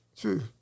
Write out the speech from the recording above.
true